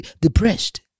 depressed